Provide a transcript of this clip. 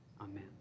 Amen